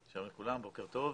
שלום לכולם, בוקר טוב,